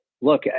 look